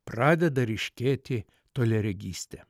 pradeda ryškėti toliaregystė